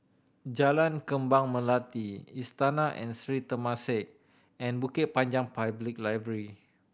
Jalan Kembang Melati Istana and Sri Temasek and Bukit Panjang Public Library